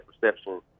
perception